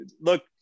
look